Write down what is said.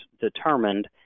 determined